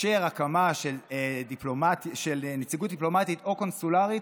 לאשר הקמה של נציגות דיפלומטית או קונסולרית,